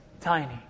tiny